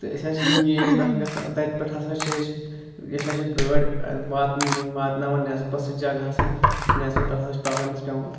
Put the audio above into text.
تہٕ أسۍ ہسا چھِ نیٖرِ پٮ۪ٹھ گَژھان تَتہِ پٮ۪ٹھ ہسا چھِ أسۍ اَسہِ ہسا چھِ گٲڑۍ وات واتناوان نٮ۪صبَس جَگہہ سٕے نٮ۪صبہٕ پٮ۪ٹھ ہسا چھِ پَکان أسۍ پٮ۪وان